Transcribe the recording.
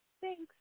Thanks